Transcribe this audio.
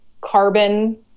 carbon